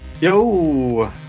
Yo